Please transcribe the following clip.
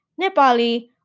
Nepali